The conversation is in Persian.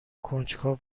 کنجکاو